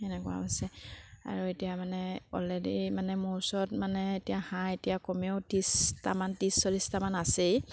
সেনেকুৱা হৈছে আৰু এতিয়া মানে অলৰেডি মানে মোৰ ওচৰত মানে এতিয়া হাঁহ এতিয়া কমেও ত্ৰিছটামান ত্ৰিছ চল্লিছটামান আছেই